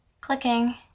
clicking